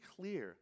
clear